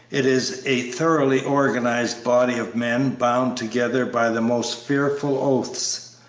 it is a thoroughly organized body of men, bound together by the most fearful oaths,